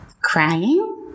crying